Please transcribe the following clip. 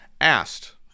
asked